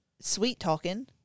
sweet-talking